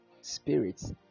spirits